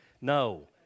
no